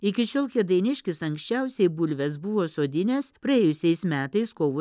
iki šiol kėdainiškis anksčiausiai bulves buvo sodinęs praėjusiais metais kovo